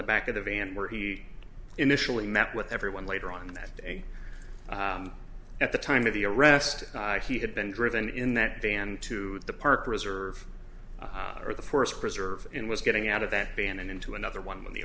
the back of the van where he initially met with everyone later on that day at the time of the arrest he had been driven in that van to the park reserve or the forest preserve in was getting out of that van and into another one when the